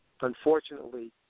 Unfortunately